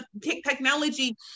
Technology